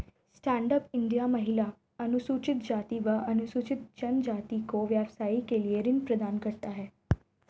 stand up India महिला, अनुसूचित जाति व अनुसूचित जनजाति को व्यवसाय के लिए ऋण प्रदान करता है